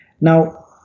Now